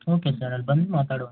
okay sir ಅಲ್ಲಿ ಬಂದು ಮಾತಾಡುವ